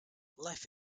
life